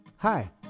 Hi